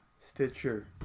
Stitcher